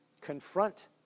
confront